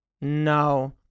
no